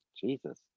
Jesus